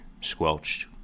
squelched